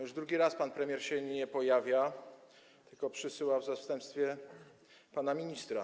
Już drugi raz pan premier się nie pojawia, tylko przysyła w zastępstwie pana ministra.